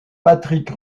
patrick